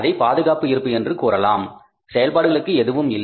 அதை பாதுகாப்பு இருப்பு என்று நீங்கள் கூறலாம் செயல்பாடுகளுக்கு எதுவும் இல்லை